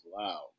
loud